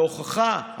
להוכחה,